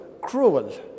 cruel